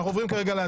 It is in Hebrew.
אנחנו עוברים להצבעה.